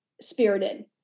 Spirited